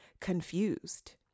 confused